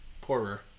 Poorer